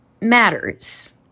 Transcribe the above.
matters